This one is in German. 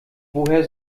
woher